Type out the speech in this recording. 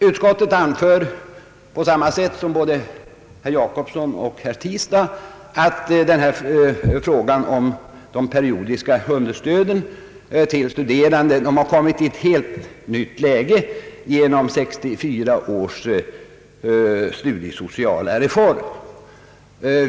Utskottet anför, på samma sätt som herr Jacobsson och herr Tistad, att frågan om avdrag för periodiska understöd till studerande kommit i ett helt nytt läge genom 1964 års studiesociala reform.